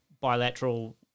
bilateral